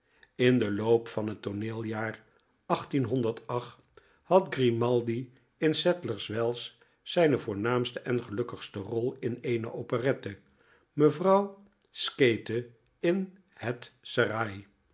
in den loop van het tooneel jaar had grimaldi in sadlers wells zijne voornaamste en gelukkigste rol in eene operette mevrouw scaite in het serail